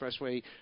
Expressway